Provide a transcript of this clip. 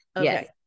Yes